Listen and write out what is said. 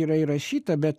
yra įrašyta bet